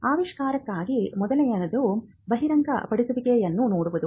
ಆವಿಷ್ಕಾರಕ್ಕಾಗಿ ಮೊದಲನೆಯದು ಬಹಿರಂಗಪಡಿಸುವಿಕೆಯನ್ನು ನೋಡುವುದು